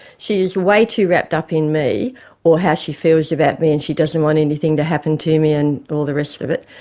she is way too wrapped up in me or how she feels about me and she doesn't want anything to happen to me and all the rest of it.